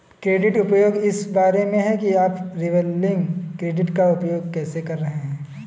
credit उपयोग इस बारे में है कि आप रिवॉल्विंग क्रेडिट का उपयोग कैसे कर रहे हैं